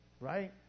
right